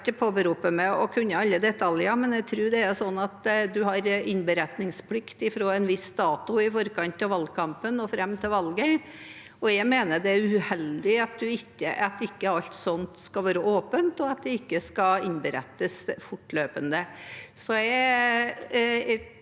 Jeg skal ikke påberope meg å kunne alle detaljer, men jeg tror det er slik at en har innberetningsplikt fra en viss dato i forkant av valgkampen og fram til valget. Jeg mener det er uheldig at ikke alt sånt skal være åpent, og at det ikke skal innberettes fortløpende.